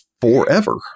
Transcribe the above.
forever